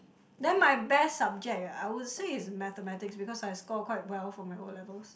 then my best subject ah I would say is mathematics because I score quite well for my O-levels